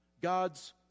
God's